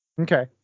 Okay